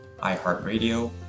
iHeartRadio